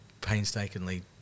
painstakingly